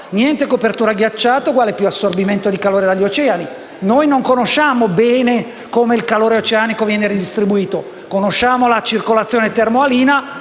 niente copertura ghiacciata significa assorbimento di maggiore calore dagli oceani. Noi non sappiamo bene come il calore oceanico venga distribuito. Conosciamo la circolazione termoalina,